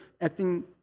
acting